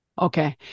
Okay